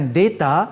data